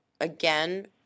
again